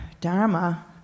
Dharma